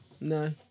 No